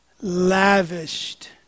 Lavished